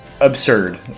absurd